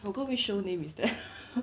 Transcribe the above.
forgot which show name is that